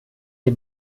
nie